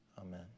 Amen